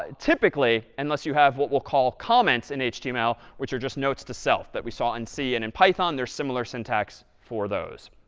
ah typically, unless you have what we'll call comments in html, which are just notes to self that we saw in c and in python. there's similar syntax for those.